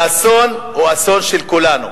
והאסון הוא אסון של כולנו.